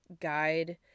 guide